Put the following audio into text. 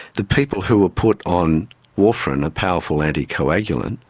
the people who were put on warfarin, a powerful anticoagulant,